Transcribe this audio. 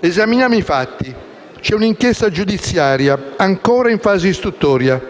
Esaminiamo i fatti. Vi è un'inchiesta giudiziaria ancora in fase istruttoria,